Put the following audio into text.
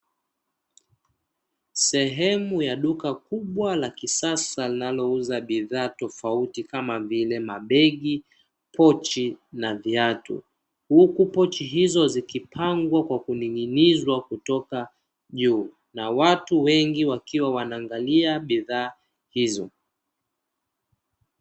Sehemu ya duka kubwa la kisasa linalouza bidhaa tofauti kama vile:Mabegi ,Pochi na viatu, Huku Pochi hizo zikiwa zimepangwa kwa kuning'inizwa kutoka juu na watu wengi wakiwa wanaangalia bidhaa hizo.